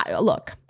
look